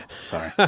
Sorry